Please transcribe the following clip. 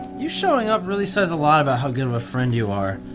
you showing up really says a lot about how good of a friend you are.